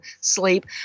sleep